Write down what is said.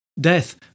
Death